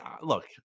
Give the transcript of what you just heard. Look